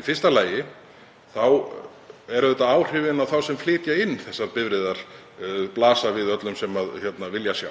Í fyrsta lagi blasa áhrifin á þá sem flytja inn þessar bifreiðar auðvitað við öllum sem vilja sjá.